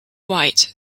white